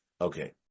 Okay